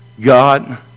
God